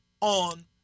on